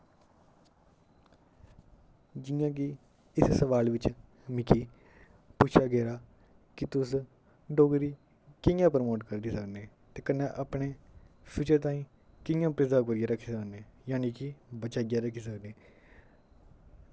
जियां की इस सवाल विच मिगी पुच्छेआ गेदा की तुस डोगरी कि'यां प्रमोट करी सकने ते कन्नै अपने फ्यूचर ताईं कि'यां प्रिसर्व करियै रक्खी सकने यानी कि बचाइयै रक्खी सकने